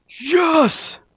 YES